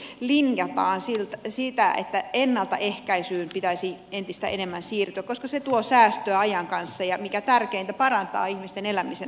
sotessahan juuri linjataan sitä että ennaltaehkäisyyn pitäisi entistä enemmän siirtyä koska se tuo säästöä ajan kanssa ja mikä tärkeintä parantaa ihmisten elämisen laatua